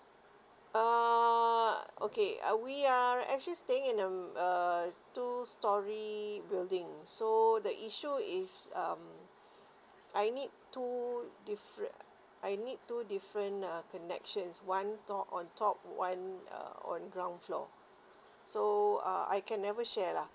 uh okay uh we are actually staying in um uh two story building so the issue is um I need two different I need two different uh connections one on top one uh on ground floor so uh I can never share lah